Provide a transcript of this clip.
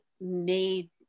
made